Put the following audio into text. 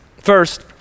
First